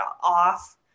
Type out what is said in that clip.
off –